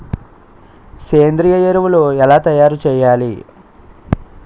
సేంద్రీయ ఎరువులు ఎలా తయారు చేయాలి?